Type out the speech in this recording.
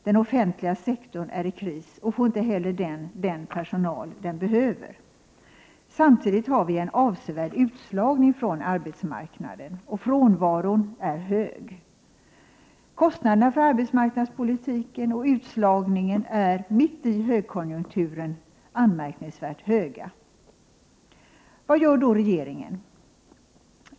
Den offentliga sektorn är i kris och får inte heller den personal den behöver. Samtidigt har vi en avsevärd utslagning från arbetsmarknaden. Frånvaron är hög. Kostnaderna för arbetsmarknadspolitiken och utslagningen är mitt i högkonjunkturen anmärkningsvärt hög. Vad gör då regeringen?